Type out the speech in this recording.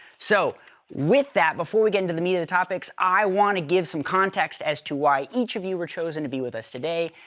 so with that, before we get into the meat of the topics, i wanna give some context as to why each of you were chosen to be with us today.